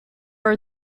are